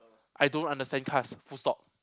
I don't understand cars full stop